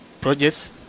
projects